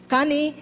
Kani